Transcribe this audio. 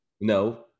No